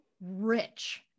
rich